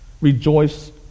Rejoice